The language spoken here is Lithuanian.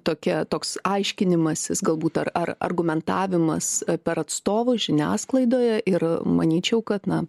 tokia toks aiškinimasis galbūt ar ar argumentavimas per atstovus žiniasklaidoje ir manyčiau kad na